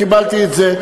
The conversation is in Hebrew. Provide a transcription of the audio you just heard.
קיבלתי את זה.